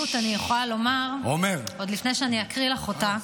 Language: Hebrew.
עוד לפני שאקריא לך אותה,